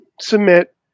submit